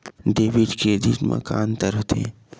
Debit credit मा का अंतर होत हे?